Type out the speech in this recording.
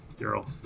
Daryl